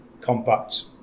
compact